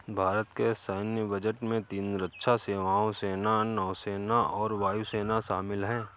भारत के सैन्य बजट में तीन रक्षा सेवाओं, सेना, नौसेना और वायु सेना शामिल है